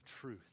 truth